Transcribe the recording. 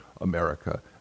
america